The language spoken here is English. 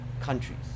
countries